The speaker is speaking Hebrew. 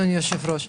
אדוני היושב-ראש.